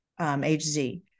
HZ